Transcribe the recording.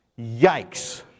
Yikes